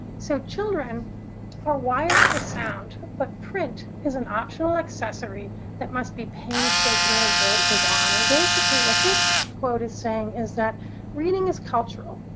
so, children are wired for sound, but print is an optional accessory that must be painstakingly bolted on. and basically what this quote is saying is that reading is cultural.